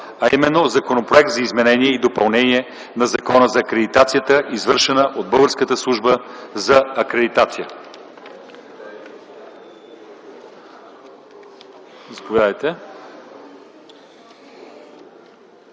„Закон за изменение и допълнение на Закона за акредитацията, извършвана от Българската служба за акредитация”.